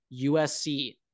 USC